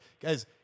guys